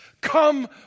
come